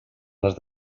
les